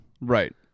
Right